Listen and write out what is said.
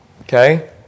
okay